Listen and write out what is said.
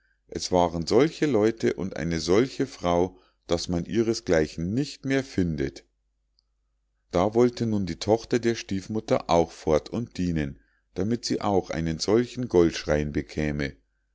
es waren solche leute und eine solche frau daß man ihresgleichen nicht mehr findet da wollte nun die tochter der stiefmutter auch fort und dienen damit sie auch einen solchen goldschrein bekäme